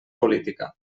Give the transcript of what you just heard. política